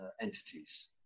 entities